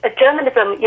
journalism